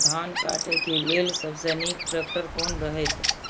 धान काटय के लेल सबसे नीक ट्रैक्टर कोन रहैत?